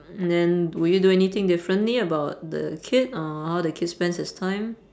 and then will you do anything differently about the kid or how the kid spends his time